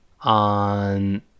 on